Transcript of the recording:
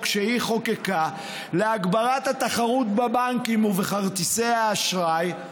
שהיא חוקקה להגברת התחרות בבנקים ובכרטיסי אשראי,